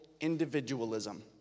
individualism